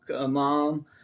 mom